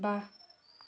ৱাহ